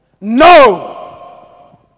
No